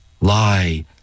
lie